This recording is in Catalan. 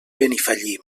benifallim